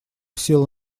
села